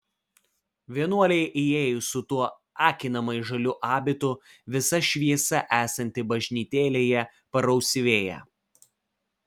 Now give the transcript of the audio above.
vienuolei įėjus su tuo akinamai žaliu abitu visa šviesa esanti bažnytėlėje parausvėja